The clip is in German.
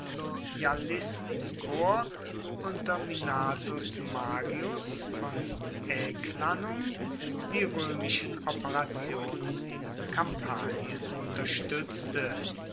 unter minatus magius von aeclanum die römischen operationen in kampanien unterstützte